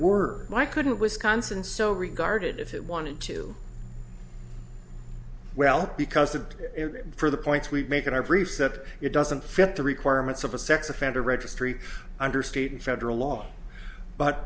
were my couldn't wisconsin so regarded if it wanted to well because of for the points we make in our briefs that it doesn't fit the requirements of a sex offender registry under state and federal law but